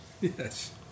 Yes